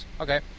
Okay